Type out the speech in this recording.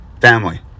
family